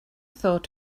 thought